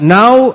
now